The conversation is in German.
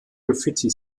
graffiti